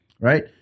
right